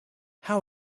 how